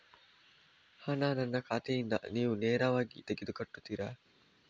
ಹಣ ನನ್ನ ಖಾತೆಯಿಂದ ನೀವು ನೇರವಾಗಿ ತೆಗೆದು ಕಟ್ಟುತ್ತೀರ?